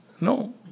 No